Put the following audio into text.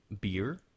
beer